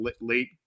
late